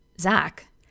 Zach